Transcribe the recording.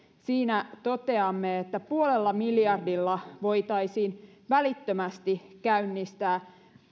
siinä toteamme että puolella miljardilla voitaisiin välittömästi käynnistää